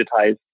digitize